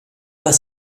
pas